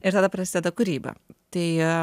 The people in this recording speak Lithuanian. ir tada prasideda kūryba tai